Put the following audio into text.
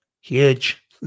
huge